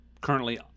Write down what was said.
currently